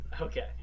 Okay